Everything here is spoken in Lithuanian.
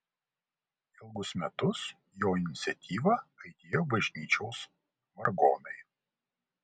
ilgus metus jo iniciatyva aidėjo bažnyčios vargonai